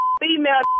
female